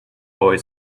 boy